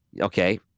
Okay